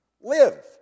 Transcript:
live